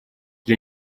для